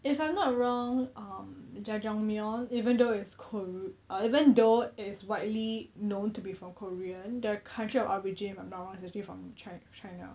if I'm not wrong um jajangmyeon even though it's ko~ uh even though it is widely known to be from korean the country of origin if I'm not wrong is actually from chi~ china